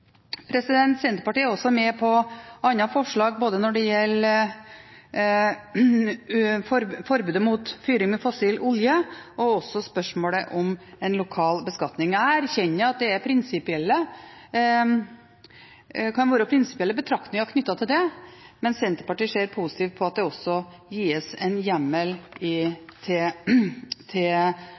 Senterpartiet er også med på forslaget som gjelder forbud mot fyring med fossil olje og spørsmålet om en lokal beskatning. Jeg erkjenner at det kan være prinsipielle betraktninger knyttet til det, men Senterpartiet ser positivt på at det også gis en hjemmel til